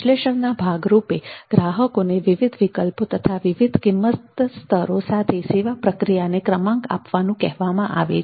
વિશ્લેષણના ભાગરૂપે ગ્રાહકોને વિવિધ વિકલ્પો તથા વિવિધ કિંમત સ્તરો સાથે સેવા પ્રક્રિયાને ક્રમાંક આપવાનું કહેવામાં આવે છે